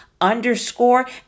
underscore